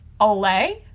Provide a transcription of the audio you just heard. Olay